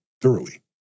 thoroughly